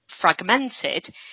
fragmented